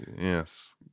Yes